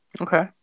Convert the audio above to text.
Okay